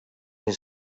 his